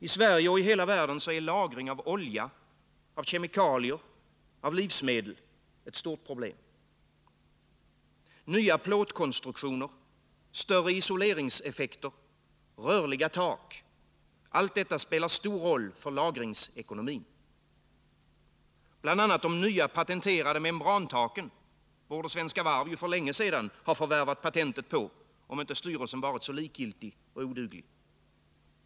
I Sverige och i hela världen är lagring av olja, kemikalier, livsmedel ett stort problem. Nya plåtkonstruktioner, större isoleringseffekter, rörliga tak, allt detta spelar stor roll för lagringsekonomin. Bl. a. de nya patenterade membrantaken borde Svenska Varv för länge sedan ha förvärvat patentet på, om inte styrelsen varit så likgiltig och oduglig.